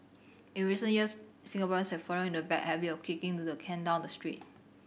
in recent years Singaporeans have fallen into the bad habit of kicking the can down the street